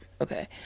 Okay